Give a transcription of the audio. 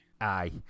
Aye